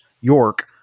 York